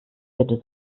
bitte